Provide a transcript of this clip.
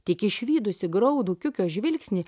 tik išvydusi graudų kiukio žvilgsnį